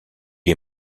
est